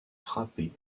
frappée